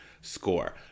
score